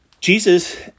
Jesus